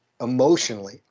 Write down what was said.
emotionally